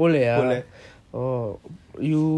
போல:kita kita naan poi irukan aana ulla naan inum pola next year I see